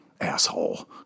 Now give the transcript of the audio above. Asshole